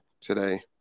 today